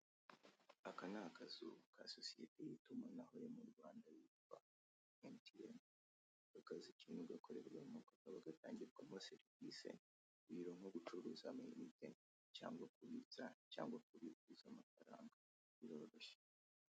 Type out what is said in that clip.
Aka n'akazu ka sosiyete y'itumanaho yo mu Rwanda yitwa MTN. Akazu ikintu gakorerwamo kakaba gatangirwamo serivise irimo gucuruza amayinite, cyangwa kubitsa cyangwa kubikuza amafaranga biroroshye.